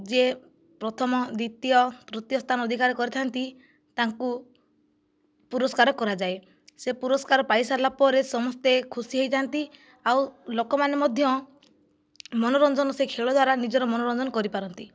ଯିଏ ପ୍ରଥମ ଦ୍ୱିତୀୟ ତୃତୀୟ ସ୍ଥାନ ଅଧିକାର କରିଥାନ୍ତି ତାଙ୍କୁ ପୁରସ୍କାର କରଯାଏ ସେ ପୁରସ୍କାର ପାଇ ସାରିଲା ପରେ ସମସ୍ତେ ଖୁସି ହୋଇଯାନ୍ତି ଆଉ ଲୋକମାନେ ମଧ୍ୟ ମନୋରଞ୍ଜନ ସେ ଖେଳ ଦ୍ଵାରା ନିଜର ମନୋରଞ୍ଜନ କରିପାରନ୍ତି